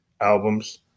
albums